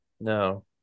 No